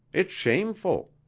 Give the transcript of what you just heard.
it's shameful!